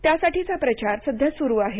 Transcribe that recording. त्यासाठीचा प्रचार सध्या सुरु आहे